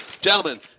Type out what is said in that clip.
Gentlemen